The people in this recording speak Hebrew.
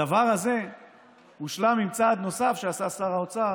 הדבר הזה הושלם עם צעד נוסף שעשה שר האוצר,